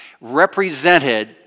represented